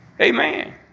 Amen